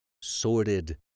sordid